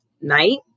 night